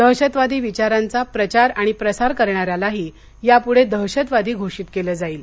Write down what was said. दहशतवादी विचारांचा प्रचार प्रसार करणाऱ्यालाही यापूढे दहशतवादी घोषित केलं जाईल